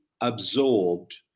absorbed